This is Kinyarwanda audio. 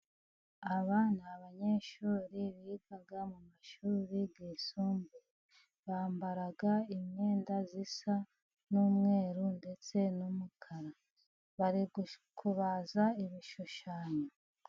Aba ni abanyeshuri biga mu mashuri y'isumbuye bambara imyenda isa n'umweru ndetse n'umukara, bari kubaza ibishushanyo.